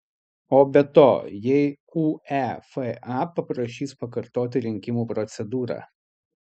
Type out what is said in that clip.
o be to jei uefa paprašys pakartoti rinkimų procedūrą